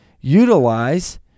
utilize